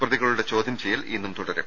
പ്രതികളുടെ ചോദ്യം ചെയ്യൽ ഇന്നും തുടരും